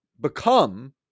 become